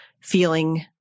feeling